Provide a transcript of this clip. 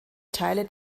teile